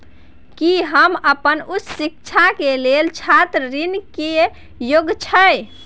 की हम अपन उच्च शिक्षा के लेल छात्र ऋण के योग्य छियै?